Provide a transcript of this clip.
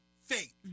faith